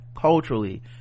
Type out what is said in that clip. culturally